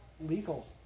legal